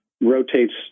Rotates